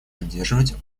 поддерживать